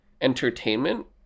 entertainment